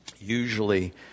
usually